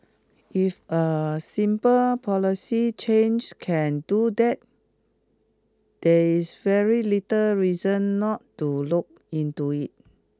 if a simple policy change can do that there is very little reason not to look into it